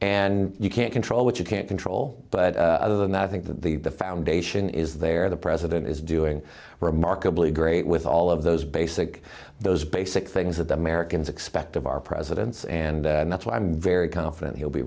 and you can't control what you can't control but other than that i think that the foundation is there the president is doing remarkably great with all of those basic those basic things that americans expect of our presidents and that's what i'm very confident he'll be